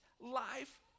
life